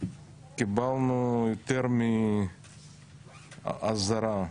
קיבלנו יותר מאזהרה.